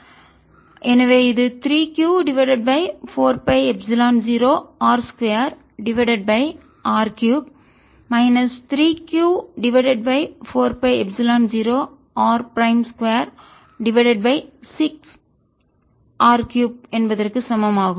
எனவே இது 3Q divided by 4 by epsilon 0 R 2 divided by R 3 minus 3Q divided by 4 by epsilon 0 r prime 2 divided by 6 R 3என்பதற்கு சமம் ஆகும்